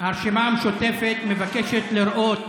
הרשימה המשותפת מבקשת לראות